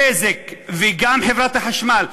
"בזק" וגם חברת החשמל,